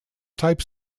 type